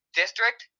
district